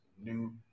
new